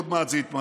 עוד מעט זה יתממש,